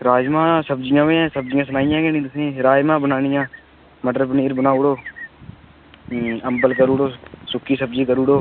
राजमांह् सब्जियां बी हैन सब्जियां सनाइयां गै निं तुसें ई राजमांह् बनानियां मटर पनीर बनाई ओड़ो अंबल करी ओड़ो सुक्की सब्जी करी ओड़ो